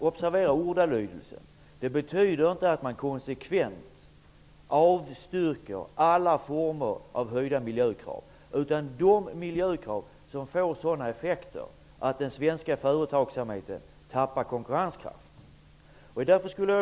Observera ordalydelsen! Det jag har sagt betyder inte ett konsekvent avstyrkande av alla former av höjda miljökrav utan endast av miljökrav som får sådana effekter att den svenska företagsamheten tappar konkurrenskraft.